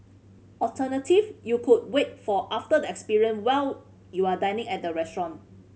alternative you could wait for after the experience while you are dining at a restaurant